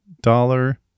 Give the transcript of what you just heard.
dollar